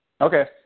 Okay